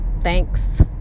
thanks